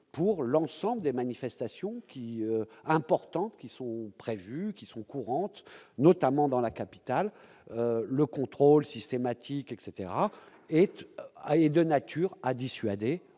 pour l'ensemble des manifestations qui importantes qui sont prévus, qui sont courantes, notamment dans la capitale, le contrôle systématique etc et à est de nature à dissuader